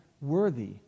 worthy